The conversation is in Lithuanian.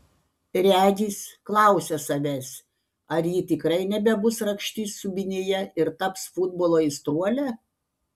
regis klausia savęs ar ji tikrai nebebus rakštis subinėje ir taps futbolo aistruole